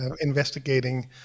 investigating